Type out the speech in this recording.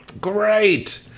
Great